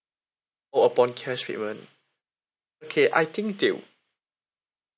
oh upon cash payment okay I think they'll